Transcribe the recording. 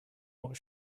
what